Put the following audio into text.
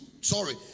sorry